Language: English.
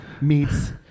meets